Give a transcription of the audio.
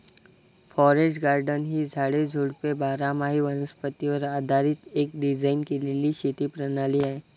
forest garden ही झाडे, झुडपे बारामाही वनस्पतीवर आधारीत एक डिझाइन केलेली शेती प्रणाली आहे